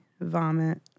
vomit